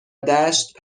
دشت